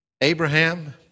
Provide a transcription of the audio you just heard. Abraham